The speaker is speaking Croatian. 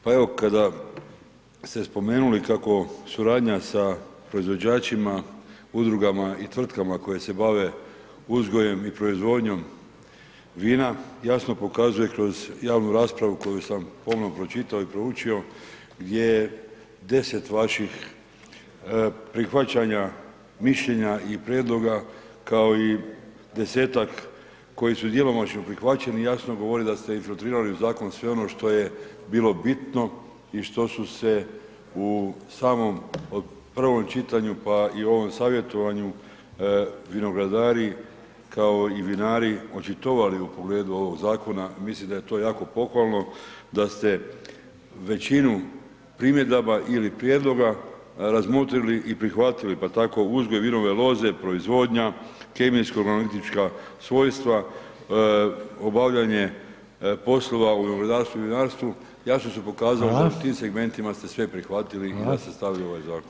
Pa evo kada ste spomenuli kako suradnja sa proizvođačima, udrugama i tvrtkama koje se bave uzgojem i proizvodnjom vina, jasno prokazuje kroz javnu raspravu koju sam pomno pročitao i proučio gdje 10 vaših prihvaćanja, mišljenja i prijedloga kao i 10-ak koji su djelomično prihvaćeni, jasno govore da ste infiltrirali u zakon sve ono što je bilo bitno i što su se u samom prvom čitanju pa i ovom savjetovanju, vinogradi kao i vinari očitovali u pogledu ovog zakona, mislim da je to jako pohvalno da ste većinu primjedaba ili prijedloga razmotrili prihvatili pa tako uzgoj vinove loze, proizvodnja, kemijsko-analitička svojstva, obavljanje poslova u vinogradarstvu i vinarstvu, jasno su pokazala da u tim segmentima ste sve prihvatili i da ste stavili u ovaj zakon.